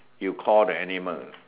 you call the animal